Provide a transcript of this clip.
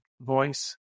voice